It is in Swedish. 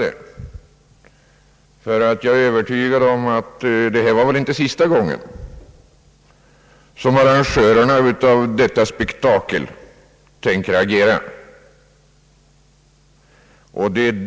Jag är nämligen övertygad om att detta inte var sista gången som arrangörerna av dylika spektakel tänkt agera.